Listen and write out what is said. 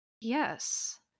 Yes